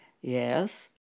Yes